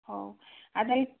ହଉ ଆଉ ତା' ହେଲେ